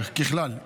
ככלל,